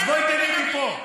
אז בואי תגידי פה.